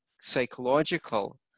psychological